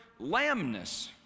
lambness